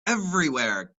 everywhere